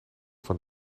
van